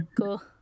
Cool